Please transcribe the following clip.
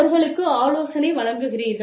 அவர்களுக்கு ஆலோசனை வழங்குகிறீர்கள்